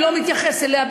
אני לא מתייחס אליה,